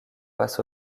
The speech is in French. basse